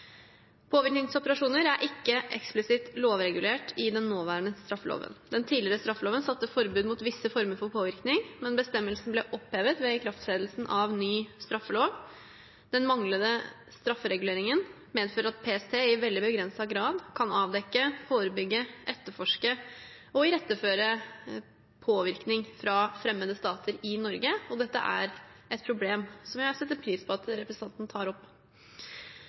Påvirkningsoperasjoner er ikke eksplisitt lovregulert i den nåværende straffeloven. Den tidligere straffeloven satte forbud mot visse former for påvirkning, men bestemmelsen ble opphevet ved ikrafttredelsen av ny straffelov. Den manglende straffereguleringen medfører at PST i veldig begrenset grad kan avdekke, forebygge, etterforske og iretteføre påvirkning fra fremmede stater i Norge, og dette er et problem som jeg setter pris på at representanten tar opp.